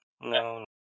no